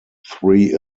three